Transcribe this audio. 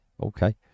Okay